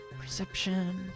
perception